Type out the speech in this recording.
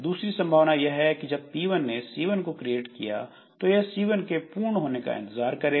दूसरी संभावना यह है कि जब P1 ने C1 को क्रिएट किया है तो यह C1 के पूर्ण होने का इंतजार करेगा